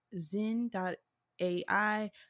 zen.ai